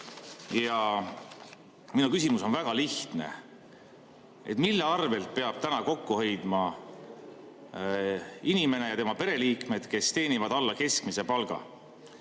Ja minu küsimus on väga lihtne: mille arvel peavad täna kokku hoidma inimesed ja nende pereliikmed, kes teenivad alla keskmise palga?